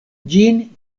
ĝin